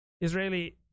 Israeli